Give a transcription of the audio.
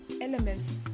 elements